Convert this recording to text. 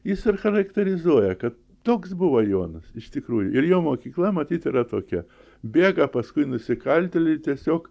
jis ir charakterizuoja kad toks buvo jonas iš tikrųjų ir jo mokykla matyt yra tokia bėga paskui nusikaltėlį tiesiog